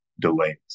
delays